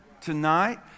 tonight